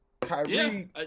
Kyrie